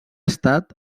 estat